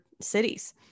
cities